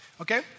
okay